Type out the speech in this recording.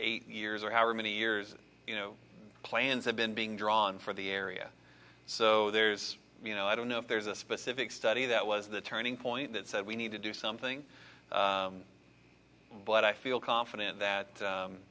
eight years or however many years you know plans have been being drawn for the area so there's you know i don't know if there's a specific study that was the turning point that said we need to do something but i feel confident that